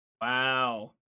Wow